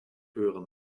hören